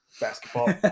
Basketball